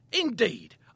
Indeed